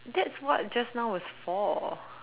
that's what just now was for